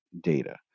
data